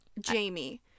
Jamie